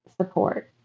support